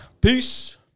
Peace